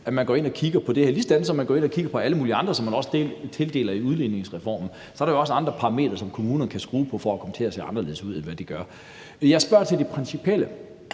at man går ind og kigger på det her – ligesom man går ind og kigger på alle mulige andre steder, som også tildeles noget i udligningsreformen. Så er der også andre parametre, som kommunerne kan skrue på for at komme til at se anderledes ud, end hvad de gør. Jeg spørger til det principielle